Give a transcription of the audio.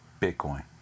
Bitcoin